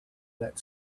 that